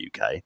UK